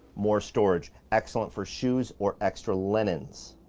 more storage. excellent for shoes or extra linens.